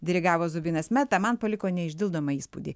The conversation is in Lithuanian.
dirigavo zubinas meta man paliko neišdildomą įspūdį